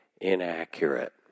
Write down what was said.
inaccurate